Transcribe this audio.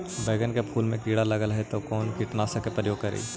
बैगन के फुल मे कीड़ा लगल है तो कौन कीटनाशक के प्रयोग करि?